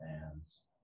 fans